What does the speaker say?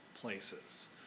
places